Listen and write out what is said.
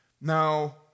Now